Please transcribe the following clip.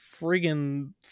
friggin